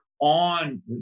on